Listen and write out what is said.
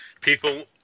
people